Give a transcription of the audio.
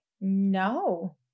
no